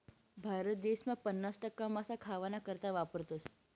भारत देसमा पन्नास टक्का मासा खावाना करता वापरावतस